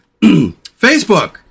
Facebook